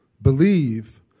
Believe